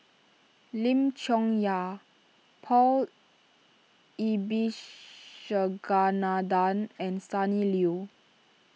Lim Chong Yah Paul Abisheganaden and Sonny Liew